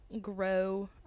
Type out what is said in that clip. grow